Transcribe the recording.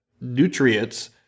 nutrients